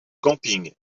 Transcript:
camping